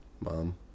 Mom